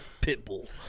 Pitbull